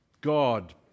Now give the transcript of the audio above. God